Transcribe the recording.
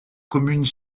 communes